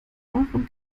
neuerem